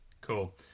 cool